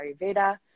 Ayurveda